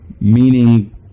meaning